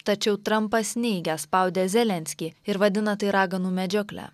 tačiau trampas neigia spaudęs zelenskį ir vadina tai raganų medžiokle